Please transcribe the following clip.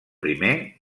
primer